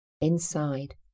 inside